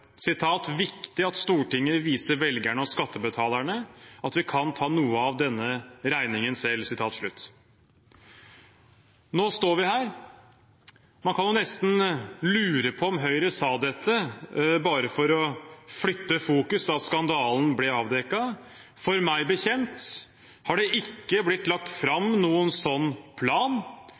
at Stortinget viser velgerne og skattebetalerne at vi kan ta noe av denne regningen selv». Nå står vi her. Man kan jo nesten lure på om Høyre sa dette bare for å flytte fokus da skandalen ble avdekket, for meg bekjent har det ikke blitt lagt fram noen sånn plan,